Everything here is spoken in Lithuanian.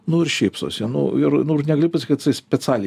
nu ir šypsosi nu ir nu ir negali pasakyt kad jisai specialiai